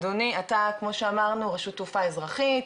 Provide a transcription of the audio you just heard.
אדוני אתה כמו שאמרנו רשות תעופה אזרחית,